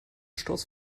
sturz